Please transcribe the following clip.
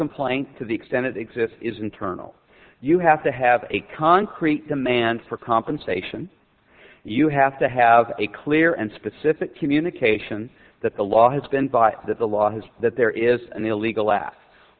complaint to the extent it exists is internal you have to have a concrete demand for compensation you have to have a clear and specific communications that the law has been violated the law has that there is an illegal